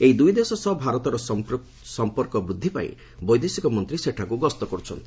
ଏହି ଦୁଇଦେଶ ସହ ଭାରତର ସଂପର୍କ ବୃଦ୍ଧି ପାଇଁ ବୈଦେଶିକମନ୍ତ୍ରୀ ସେଠାକୁ ଗସ୍ତ କରୁଛନ୍ତି